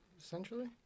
Essentially